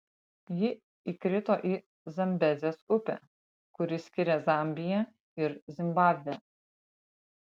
ji įkrito į zambezės upę kuri skiria zambiją ir zimbabvę